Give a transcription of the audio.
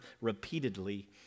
repeatedly